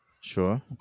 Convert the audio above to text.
Sure